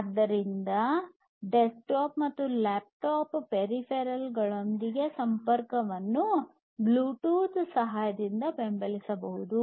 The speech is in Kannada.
ಆದ್ದರಿಂದ ಡೆಸ್ಕ್ಟಾಪ್ ಮತ್ತು ಲ್ಯಾಪ್ಟಾಪ್ ಪೆರಿಫೆರಲ್ ಗಳೊಂದಿಗಿನ ಸಂಪರ್ಕವನ್ನು ಬ್ಲೂಟೂತ್ ಸಹಾಯದಿಂದ ಬೆಂಬಲಿಸಬಹುದು